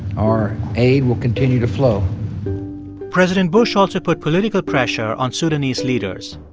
our aid will continue to flow president bush also put political pressure on sudanese leaders.